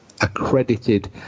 accredited